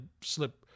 slip